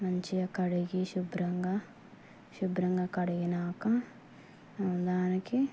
మంచిగా కడిగి శుభ్రంగా శుభ్రంగా కడిగినాక దానికి